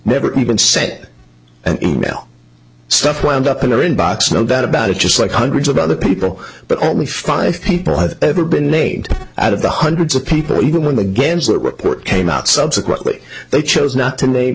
never even said an e mail stuff wound up in their inbox no doubt about it just like hundreds of other people but only five people have ever been named out of the hundreds of people even when the games that report came out subsequently they chose not to